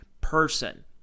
person